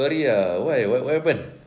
sorry ah why why what happened